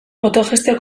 autogestio